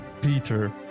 Peter